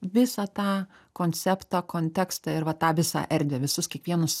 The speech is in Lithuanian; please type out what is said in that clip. visą tą konceptą kontekstą ir va tą visą erdvę visus kiekvienus